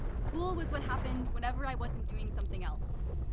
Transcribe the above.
school was what happened whenever i wasn't doing something else.